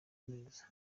neza